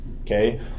okay